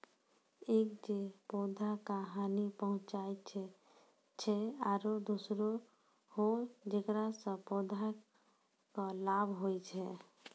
एक जे पौधा का हानि पहुँचाय छै आरो दोसरो हौ जेकरा सॅ पौधा कॅ लाभ होय छै